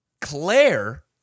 Claire